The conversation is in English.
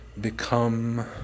become